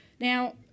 Now